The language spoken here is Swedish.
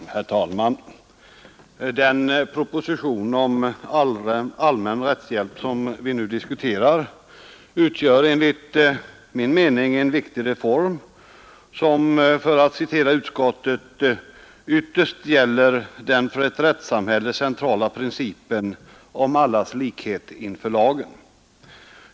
Herr talman! Den proposition om allmän rättshjälp som vi nu diskuterar utgör enligt min mening en viktig reform som för att citera utskottet ”ytterst gäller den för ett rättssamhälle centrala principen om allas likhet inför lagen”.